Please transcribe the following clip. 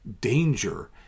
danger